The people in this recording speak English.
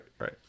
right